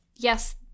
Yes